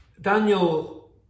Daniel